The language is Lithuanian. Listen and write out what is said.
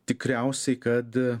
tikriausiai kad